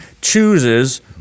chooses